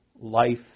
life